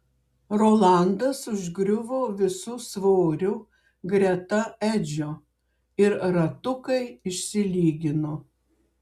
rolandas užgriuvo visu svoriu greta edžio ir ratukai išsilygino